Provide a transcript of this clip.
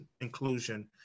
inclusion